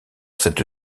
cette